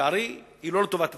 לצערי, הן לא לטובת הציבור,